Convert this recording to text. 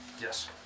Yes